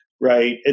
right